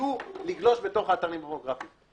ידעו לגלוש בתוך האתרים הפורנוגרפיים.